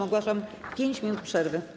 Ogłaszam 5 minut przerwy.